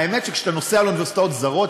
והאמת היא שכשאתה נוסע לאוניברסיטאות זרות,